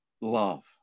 love